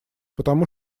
потому